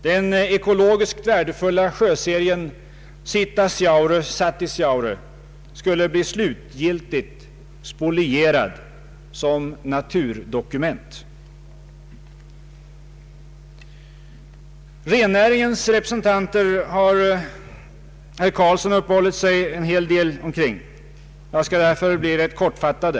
Den ekologiskt värdefulla sjöserien Si Rennäringens problem vid en ev. reglering har herr Carlsson uppehållit sig en hel del vid. Jag skall därför bli rätt kortfattad.